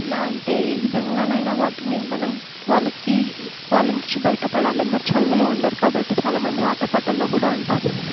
ఎలా అంటే ఏవిధంగా నైనా వాటిని మనం వాళ్ళకి వాళ్ళ నుంచి బయట పడాలి అందరూ చదువులో ఉండరు కాబట్టి చాలా మంది ఆట పాటల్లో కూడా ఉంటారు